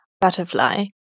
butterfly